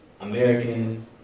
American